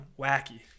wacky